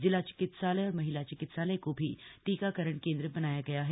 जिला चिकित्सालय और महिला चिकित्सालय को भी टीकाकरण केंद्र बनाया गया है